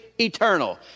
eternal